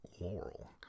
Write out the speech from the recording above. laurel